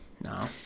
No